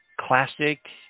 classic